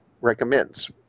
recommends